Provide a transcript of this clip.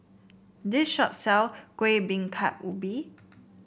this shop sells Kueh Bingka Ubi